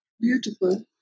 beautiful